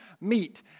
meet